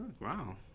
wow